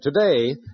today